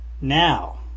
now